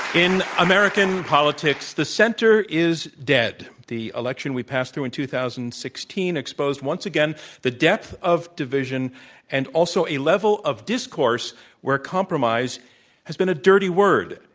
in american politics, the center is dead. the election we passed through in two thousand and sixteen exposed once again the depth of division and also a level of discourse where compromise has been a dirty word.